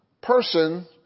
person